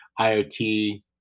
IoT